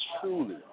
truly